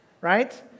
Right